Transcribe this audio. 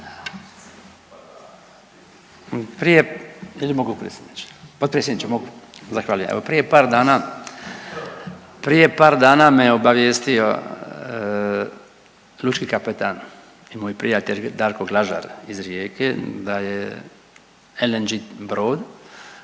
prije par dana me je obavijestio lučki kapetan i moj prijatelj Darko Glažar iz Rijeke da je LNG brod